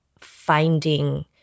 finding